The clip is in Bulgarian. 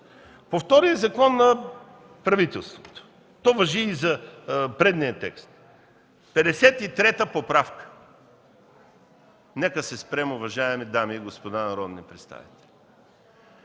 По втория закон – за правителството. То важи и за предния текст – 53-а поправка! Нека се спрем, уважаеми дами и господа народни представители!